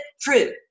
True